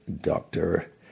doctor